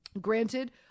Granted